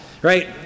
Right